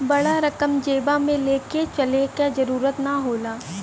बड़ा रकम जेबा मे ले के चले क जरूरत ना होला